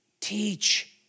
Teach